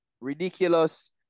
ridiculous